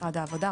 משרד העבודה,